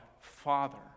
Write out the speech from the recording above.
Father